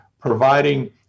providing